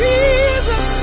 Jesus